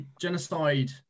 Genocide